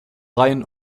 rein